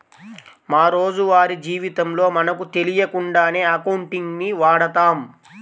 మా రోజువారీ జీవితంలో మనకు తెలియకుండానే అకౌంటింగ్ ని వాడతాం